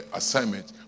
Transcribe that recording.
assignment